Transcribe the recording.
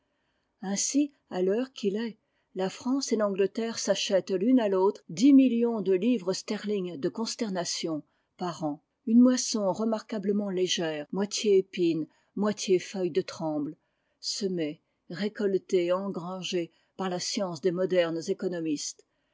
ainsi à l'heure qu'il est la france et l'angleterre s'achètent l'une à l'autre dix millions de livres sterlings de consternation par an i une moisson rele plus de